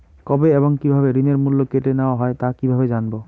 কবে এবং কিভাবে ঋণের মূল্য কেটে নেওয়া হয় তা কিভাবে জানবো?